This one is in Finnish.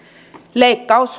leikkaus